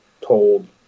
told